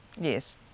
Yes